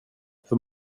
för